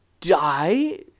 die